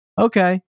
Okay